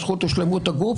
הזכות לשלמות הגוף,